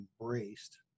embraced